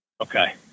Okay